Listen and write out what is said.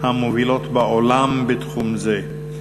המובילות בעולם בתחום זה,